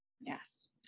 Yes